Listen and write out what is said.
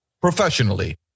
Professionally